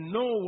no